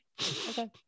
Okay